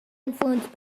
influenced